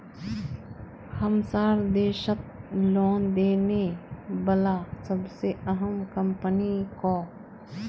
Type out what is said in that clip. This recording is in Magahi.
हमसार देशत लोन देने बला सबसे अहम कम्पनी क